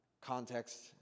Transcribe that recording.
context